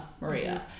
Maria